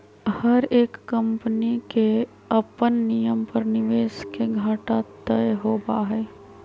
हर एक कम्पनी के अपन नियम पर निवेश के घाटा तय होबा हई